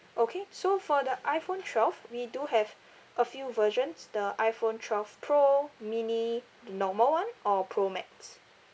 okay so for the iphone twelve we do have a few versions the iphone twelve pro mini the normal one or pro max